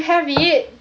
you have it